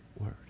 Word